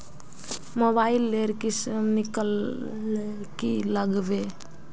Mobile लेर किसम निकलाले की लागबे?